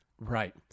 Right